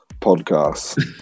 podcast